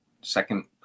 second